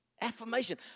Affirmation